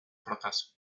fracaso